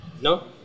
no